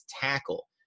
tackle